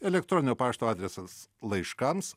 elektroninio pašto adresas laiškams